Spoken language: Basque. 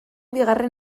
bigarren